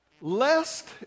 Lest